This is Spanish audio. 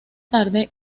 tarde